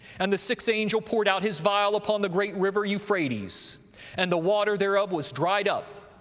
and the sixth angel poured out his vial upon the great river euphrates and the water thereof was dried up,